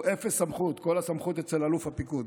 הוא אפס סמכות, כל הסמכות אצל אלוף הפיקוד.